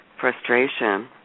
frustration